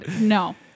no